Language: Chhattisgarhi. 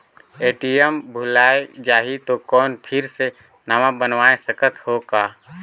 ए.टी.एम भुलाये जाही तो कौन फिर से नवा बनवाय सकत हो का?